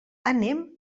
anem